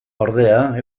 ordea